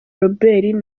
robert